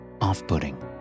off-putting